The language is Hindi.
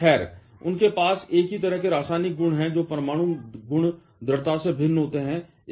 खैर उनके पास एक ही तरह के रासायनिक गुण हैं उनके परमाणु गुण दृढ़ता से भिन्न होते हैं